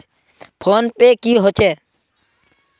Phone पै की होचे?